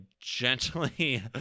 gently